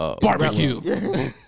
Barbecue